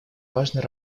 важной